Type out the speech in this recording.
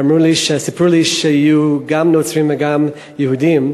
וסיפרו לי שיהיו שם גם נוצרים וגם יהודים.